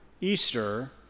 Easter